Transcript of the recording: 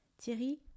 Thierry